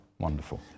Wonderful